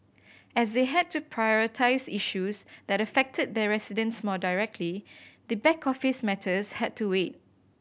as they had to prioritise issues that affected their residents more directly the back office matters had to wait